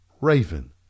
raven